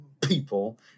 people—